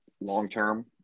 long-term